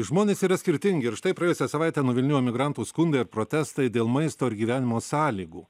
žmonės yra skirtingi ir štai praėjusią savaitę nuvilnijo migrantų skundai ir protestai dėl maisto ir gyvenimo sąlygų